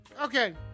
Okay